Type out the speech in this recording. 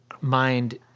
mind